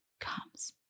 comes